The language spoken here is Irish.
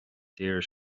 tíre